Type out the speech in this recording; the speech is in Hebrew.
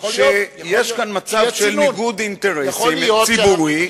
כשיש כאן מצב של ניגוד אינטרסים ציבורי,